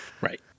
Right